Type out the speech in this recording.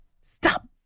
Stop